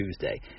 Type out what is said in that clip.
Tuesday